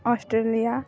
Australia